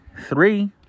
three